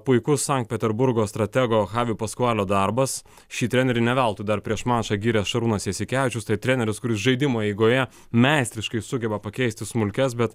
puikus sankt peterburgo stratego havi paskuano darbas šį trenerį ne veltui dar prieš mačą giria šarūnas jasikevičius tai treneris kuris žaidimo eigoje meistriškai sugeba pakeisti smulkias bet